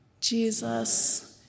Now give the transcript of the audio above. Jesus